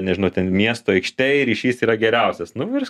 nežinau ten miesto aikštėj ryšys yra geriausias nu ir